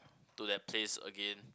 to that place again